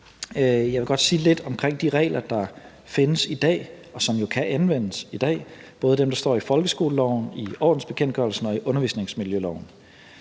Jeg vil godt sige lidt om de regler, der findes i dag, og som jo kan anvendes i dag, både dem, der står i folkeskoleloven, i ordensbekendtgørelsen og i undervisningsmiljøloven.